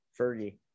fergie